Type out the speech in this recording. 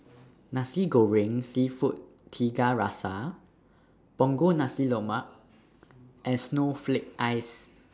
Nasi Goreng Seafood Tiga Rasa Punggol Nasi Lemak and Snowflake Ice